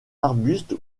arbuste